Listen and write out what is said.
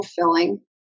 fulfilling